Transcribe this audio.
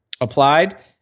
applied